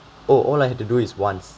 oh all I had to do is once